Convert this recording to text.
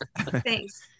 Thanks